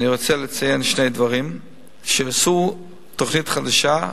אני רוצה לציין שני דברים שהם עשו, תוכנית חדשה.